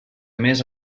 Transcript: més